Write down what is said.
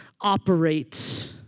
operate